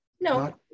No